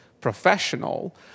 professional